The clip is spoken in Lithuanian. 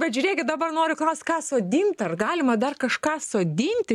bet žiūrėkit dabar noriu klaust ką sodint ar galima dar kažką sodinti